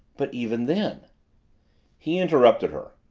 but even then he interrupted her.